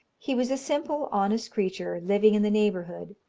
he was a simple, honest creature, living in the neighbourhood.